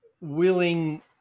willing